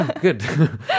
Good